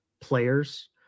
players